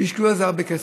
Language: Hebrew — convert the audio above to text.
השקיעו בזה הרבה כסף.